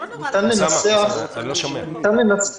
ניתן לנסח